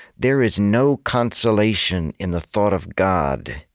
there is no consolation in the thought of god,